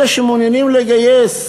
אלה שמעוניינים לגייס.